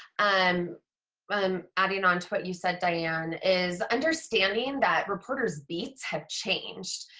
um but um adding on to what you said diane, is understanding that reporters beats have changed.